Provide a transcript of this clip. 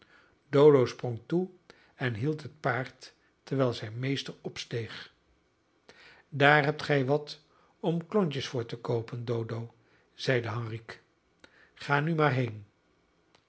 dodo sprong toe en hield het paard terwijl zijn meester opsteeg daar hebt gij wat om klontjes voor te koopen dodo zeide henrique ga nu maar heen